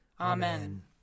Amen